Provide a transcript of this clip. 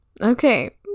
Okay